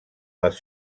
les